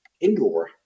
indoor